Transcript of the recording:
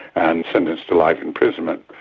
and sentenced to life imprisonment,